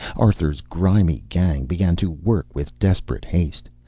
arthur's grimy gang began to work with desperate haste.